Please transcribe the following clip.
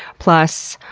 plus,